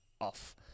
off